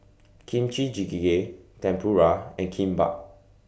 Kimchi Jjigae Tempura and Kimbap